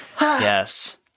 Yes